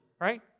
right